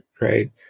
right